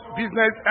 business